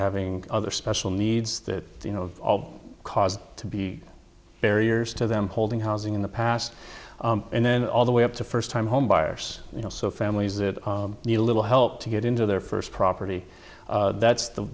having other special needs that you know caused to be barriers to them holding housing in the past and then all the way up to first time homebuyers you know so families that need a little help to get into their first property that's the